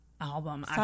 Album